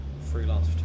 freelance